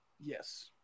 Yes